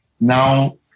Now